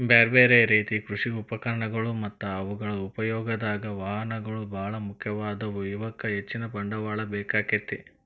ಬ್ಯಾರ್ಬ್ಯಾರೇ ರೇತಿ ಕೃಷಿ ಉಪಕರಣಗಳು ಮತ್ತ ಅವುಗಳ ಉಪಯೋಗದಾಗ, ವಾಹನಗಳು ಬಾಳ ಮುಖ್ಯವಾದವು, ಇವಕ್ಕ ಹೆಚ್ಚಿನ ಬಂಡವಾಳ ಬೇಕಾಕ್ಕೆತಿ